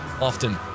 often